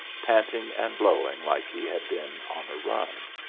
panting and blowing like he had been on a run.